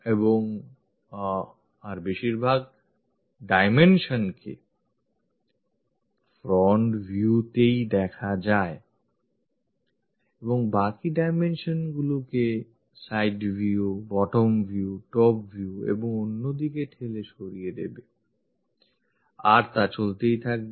আর এভাবেই বেশিরভাগ dimensionকে front viewতেই দেখা যায় এবং বাকি dimensionগুলিকে side view bottom view top view ও অন্য দিকে ঠেলে সরিয়ে দেবে আর তা চলতেই থাকবে